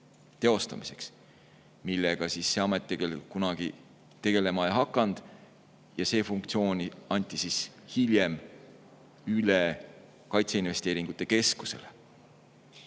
teostamiseks, millega see amet tegelikult kunagi tegelema ei hakanud. See funktsioon anti hiljem üle kaitseinvesteeringute keskusele.